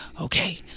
okay